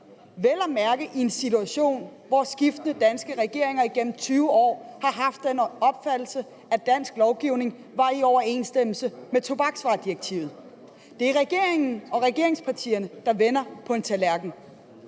vel at mærke i en situation, hvor skiftende danske regeringer igennem 20 år har haft den opfattelse, at dansk lovgivning var i overensstemmelse med tobaksvaredirektivet. Det er regeringen og regeringspartierne, der vender på en tallerken.